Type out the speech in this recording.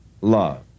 love